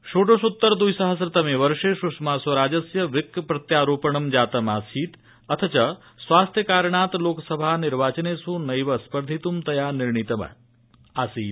षोडशोत्तर द्विसहस्रतमे वर्षे सुषमास्वराजस्य वृक्क प्रत्यारोपणं जातमासीत् अध च स्वास्थ्यकारणात् लोकसभा निर्वाचनेष् नैव स्पर्धित् तया निर्णीतमासीत्